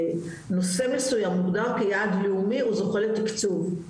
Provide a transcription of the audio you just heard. שנושא מסוים מוגדר כ'יעד לאומי' הוא זוכה לתקצוב,